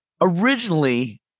originally